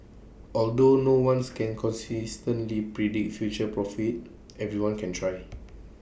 although no ones can consistently predict future profits everyone can try